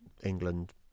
England